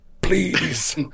please